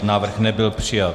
Návrh nebyl přijat.